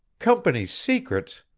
company's secrets!